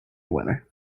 winner